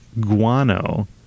guano